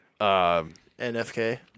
NFK